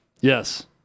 Yes